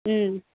ம்